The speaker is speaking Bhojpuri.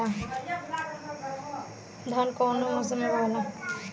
धान कौने मौसम मे बोआला?